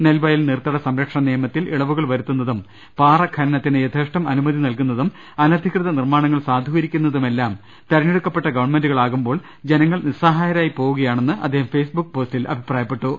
നെൽവയൽ നീർത്തട സംരക്ഷണ നിയമത്തിൽ ഇളവുകൾ വരു ത്തുന്നതും പാറ ഘനനത്തിന് യഥേഷ്ടം അനുമതി നൽകുന്നതും അനധികൃത നിർമ്മാണങ്ങൾ സാധൂകരിക്കുന്നതുമെല്ലാം തെരഞ്ഞെ ടുക്കപ്പെട്ട ഗവൺമെൻ്റുകളാകുമ്പോൾ ജനങ്ങൾ നിസ്സഹായരായി പോവുകയാണെന്ന് അദ്ദേഹം ഫെയ്സ്ബുക്ക് പോസ്റ്റിൽ അഭിപ്രായ പ്പെട്ടു